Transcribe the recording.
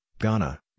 Ghana